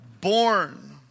born